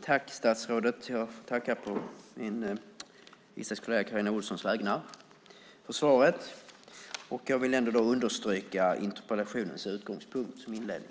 Fru talman! Jag får å min riksdagskollega Carina Ohlssons vägnar tacka statsrådet för svaret. Som en inledning vill jag understryka vad som är utgångspunkten för interpellationen.